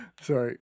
Sorry